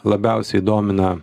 labiausiai domina